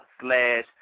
slash